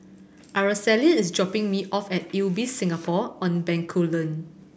Araceli is dropping me off at Ibis Singapore On Bencoolen